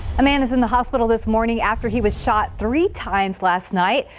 a man is in the hospital this morning after he was shot three times last night.